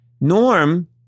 Norm